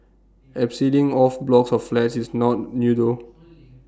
abseiling off blocks of flats is not new though